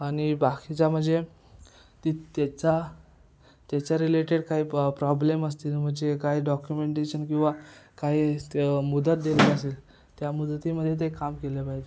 आणि बाकीचा म्हणजे ती त्याचा त्याच्या रिलेटेड काही प प्रॉब्लेम असतील म्हणजे काय डॉक्युमेंटेशन किंवा काही मुदत दिलेली असेल त्या मुदतीमध्ये ते काम केले पाहिजे